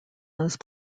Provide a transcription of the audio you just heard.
those